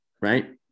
Right